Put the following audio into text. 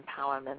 empowerment